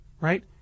Right